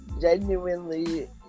genuinely